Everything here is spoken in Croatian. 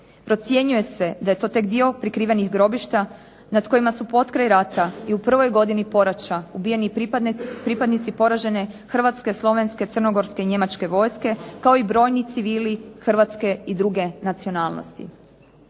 Procjenjuje se da je to tek dio prikrivenih grobišta na kojima su potkraj rata i u prvoj godini poraća ubijeni pripadnici poražene Hrvatske, Slovenske, Crnogorske i Njemačke vojske kao i brojni civili hrvatske i druge nacionalnosti.